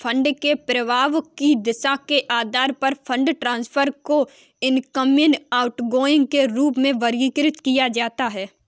fund के प्रवाह की दिशा के आधार पर फंड ट्रांसफर को इनकमिंग, आउटगोइंग के रूप में वर्गीकृत किया जाता है